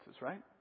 right